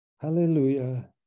hallelujah